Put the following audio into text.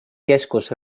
keskus